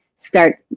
start